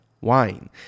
wine